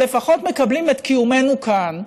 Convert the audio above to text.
או לפחות מקבלים את קיומנו כאן.